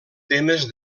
temes